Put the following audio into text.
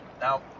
Now